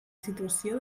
situació